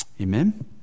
Amen